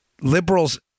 liberals